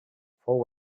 fou